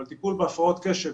אבל טיפול בהפרעות קשב,